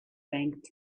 thanked